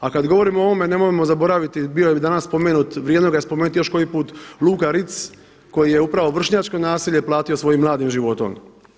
A kada govorimo o ovome nemojmo zaboraviti, bio je danas i spomenut, vrijedno ga je spomenuti još koji put Luka Ritz koji je upravo vršnjačko nasilje platio svojim mladim životom.